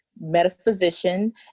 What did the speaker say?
Metaphysician